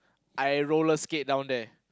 I roller skate down there